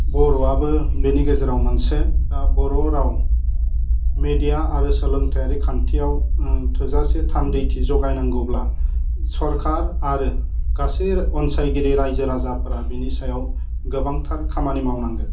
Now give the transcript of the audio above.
बर'आबो बिनि गेजेराव मोनसे दा बर' राव मेडिया आरो सोलोंथाइयारि खान्थिआव थोजासे थान्दैथि जगायनांगौब्ला सरकार आरो गासै अनसायगिरि रायजो राजाफोरा बिनि सायाव गोबांथार खामानि मावनांगोन